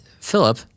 Philip